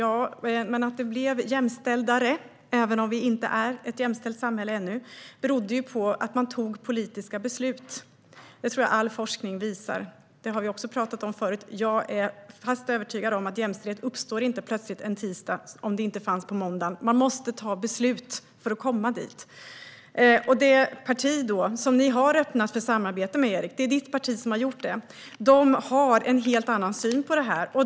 Ja, men att det blev jämställdare - även om vi inte har ett jämställt samhälle ännu - berodde på att man tog politiska beslut. Det tror jag att all forskning visar. Det har vi också pratat om förut. Jag är fast övertygad om att jämställdhet inte plötsligt uppstår en tisdag om den inte fanns på måndagen. Man måste ta beslut för att komma dit. Det parti som ni har öppnat för samarbete med, Erik - det är ditt parti som har gjort det - har en helt annan syn på det här.